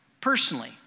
personally